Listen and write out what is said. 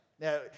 Now